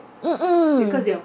mm mm